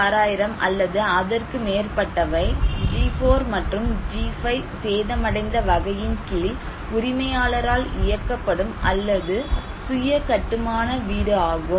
96000 அல்லது அதற்கு மேற்பட்டவை G4 மற்றும் G5 சேதமடைந்த வகையின் கீழ் உரிமையாளரால் இயக்கப்படும் அல்லது சுய கட்டுமான வீடு ஆகும்